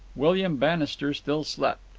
william bannister still slept.